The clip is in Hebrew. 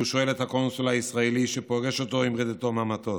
הוא שואל את הקונסול הישראלי שפוגש אותו עם רדתו מהמטוס.